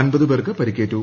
അമ്പത് പേർക്ക് പരിക്കേറ്റു